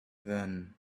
then